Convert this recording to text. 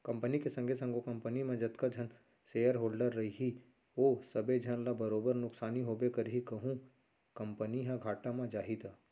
company के संगे संग ओ कंपनी म जतका झन सेयर होल्डर रइही ओ सबे झन ल बरोबर नुकसानी होबे करही कहूं कंपनी ह घाटा म जाही त